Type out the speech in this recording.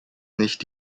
nicht